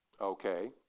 Okay